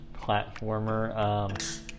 platformer